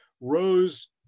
Rose